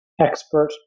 expert